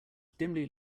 dimly